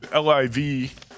liv